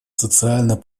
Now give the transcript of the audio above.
социально